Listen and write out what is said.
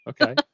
Okay